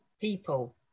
people